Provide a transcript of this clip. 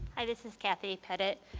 this is kathy pettitte.